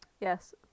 yes